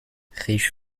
خویش